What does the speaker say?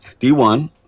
D1